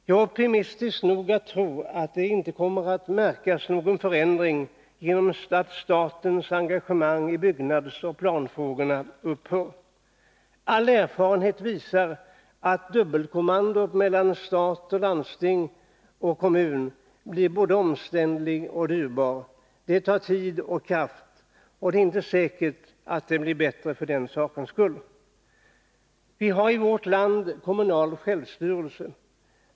Jag är optimistisk nog att tro att det inte kommer att märkas någon förändring genom att statens engagemang i byggnadsoch planfrågorna upphör. All erfarenhet visar att dubbelkommandot mellan stat och landsting och kommuner blir både omständligt och dyrbart. Det tar tid och kraft. Och det är inte säkert att det blir bättre för den sakens skull. Vi har i vårt land kommunalt självstyre.